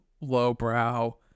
lowbrow